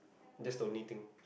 that's the only things